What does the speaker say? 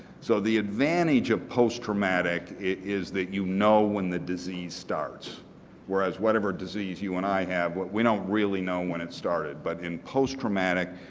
so the advantage of posttraumatic is that you know when the disease starts whereas whatever disease you and i have, we don't really know when it started, but in posttraumatic,